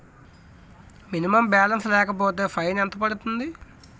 Minimum balance లేకపోతే fine ఎంత పడుతుంది?